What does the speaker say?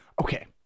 Okay